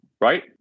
right